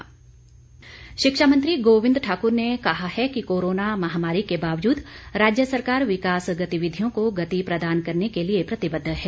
गोविन्द ठाकुर शिक्षा मंत्री गोविन्द ठाकुर ने कहा है कि कोरोना महामारी के बावजूद राज्य सरकार विकास गतिविधियों को गति प्रदान करने के लिए प्रतिबद्ध है